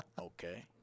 Okay